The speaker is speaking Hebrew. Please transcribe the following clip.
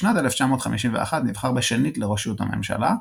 בשנת 1951 נבחר בשנית לראשות הממשלה,